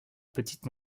petite